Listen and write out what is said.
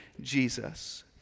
Jesus